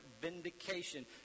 vindication